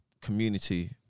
community